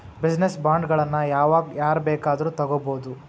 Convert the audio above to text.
Business ಬಾಂಡ್ಗಳನ್ನ ಯಾವಾಗ್ ಯಾರ್ ಬೇಕಾದ್ರು ತಗೊಬೊದು?